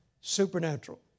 supernatural